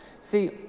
See